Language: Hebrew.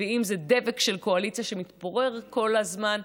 ואם זה דבק של קואליציה שמתפורר כל הזמן.